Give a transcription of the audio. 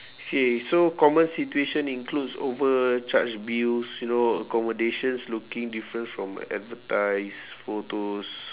okay so common situation includes overcharge bills you know accommodations looking different from advertised photos